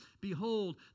Behold